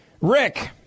Rick